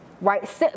right